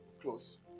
close